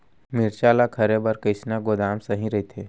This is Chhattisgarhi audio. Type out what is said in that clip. मिरचा ला रखे बर कईसना गोदाम सही रइथे?